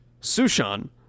Sushan